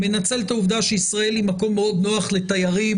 הוא מנצל את העובדה שישראל היא מקום מאוד נוח לתיירים